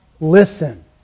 listen